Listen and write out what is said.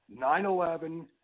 9-11